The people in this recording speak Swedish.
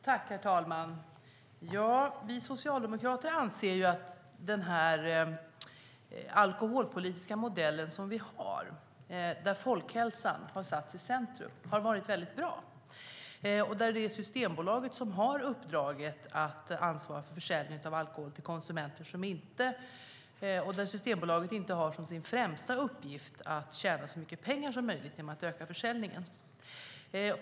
Herr talman! Vi socialdemokrater anser att den alkoholpolitiska modell som vi har, där folkhälsan satts i centrum, varit mycket bra. Där är det Systembolaget som har uppdraget att ansvara för försäljningen av alkohol till konsumenterna, och dess främsta uppgift är inte att tjäna så mycket pengar som möjligt genom att öka försäljningen.